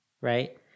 right